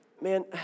Man